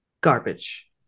garbage